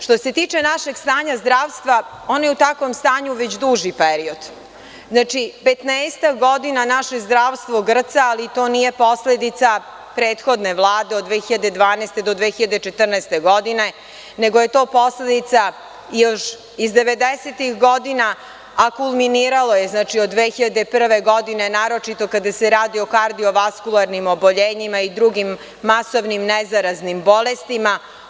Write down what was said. Što se tiče našeg stanja zdravstva ono je u takvom stanju već duži period, znači, 15-ak godina naše zdravstvo grca, ali to nije posledica prethodne Vlade od 2012. godine do 2014. godine nego je to posledica još iz 90-ih godina, a kulminiralo je od 2001. godine, naročito kada se radio o kardio-vaskularnim oboljenjima i drugim masovnim ne zaraznim bolestima.